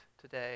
today